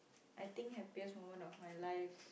I think happiest moment of my life